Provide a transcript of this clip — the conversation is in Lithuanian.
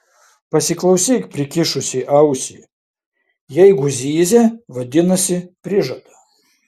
pasiklausyk prikišusi ausį jeigu zyzia vadinasi prižada